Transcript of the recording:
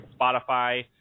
Spotify